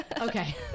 Okay